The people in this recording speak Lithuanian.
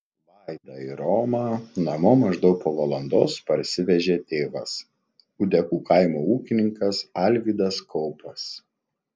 vaidą ir romą namo maždaug po valandos parsivežė tėvas ūdekų kaimo ūkininkas alvydas kaupas